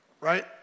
right